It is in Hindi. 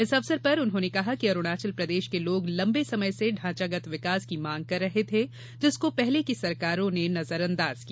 इस अवसर पर उन्होंने कहा कि अरुणाचल प्रदेश के लोग लम्बें समय से ढांचागत विकास की मांग कर रहे थे जिसको पहले की सरकारों ने नजर अंदाज किया